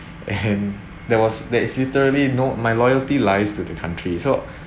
and there was there is literally no my loyalty lies to the country so